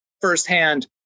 firsthand